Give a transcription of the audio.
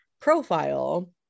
profile